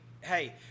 hey